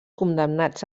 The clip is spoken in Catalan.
condemnats